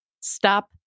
Stop